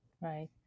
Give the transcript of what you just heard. Right